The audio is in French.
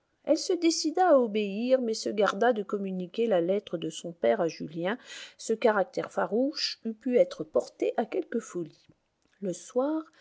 elle se décida à obéir mais se garda de communiquer la lettre de son père à julien ce caractère farouche eût pu être porté à quelque folie le soir